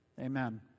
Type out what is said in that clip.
Amen